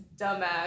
dumbass